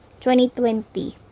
2020